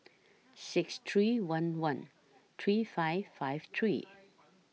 six three one one three five five three